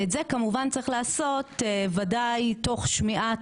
את זה כמובן צריך לעשות ודאי תוך שמיעת